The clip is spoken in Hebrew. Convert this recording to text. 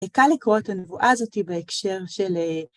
קל לקרוא את הנבואה הזאת בהקשר של...